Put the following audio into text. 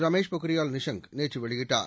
ரமேஷ் பொக்ரியால் நிஷாங்க் நேற்று வெளியிட்டார்